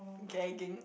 dragging